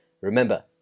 Remember